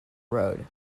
road